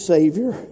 Savior